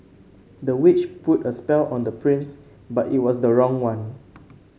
the witch put a spell on the prince but it was the wrong one